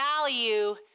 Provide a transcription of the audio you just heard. value